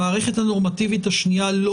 המערכת הנורמטיבית השנייה היא לא